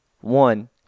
One